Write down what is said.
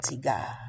God